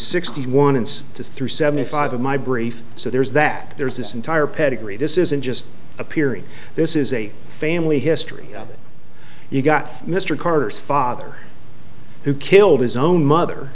sixty one and to through seventy five of my brief so there's that there's this entire pedigree this isn't just appearing this is a family history that you've got mr carter's father who killed his own mother